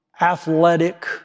athletic